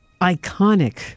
iconic